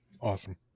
Awesome